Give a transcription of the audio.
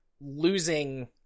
losing